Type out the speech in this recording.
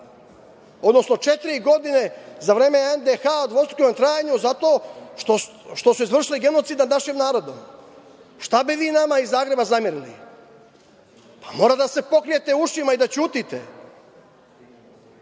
odnosno četiri godine za vreme NDH u dvostrukom trajanju zato što ste izvršili genocid nad našim narodom. Šta bi vi nama iz Zagreba zamerili? Mora da se pokrijete ušima i da ćutite.